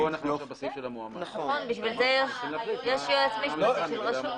בשביל זה יש יועץ משפטי של רשות.